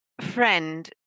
friend